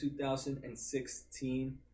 2016